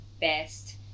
best